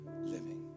living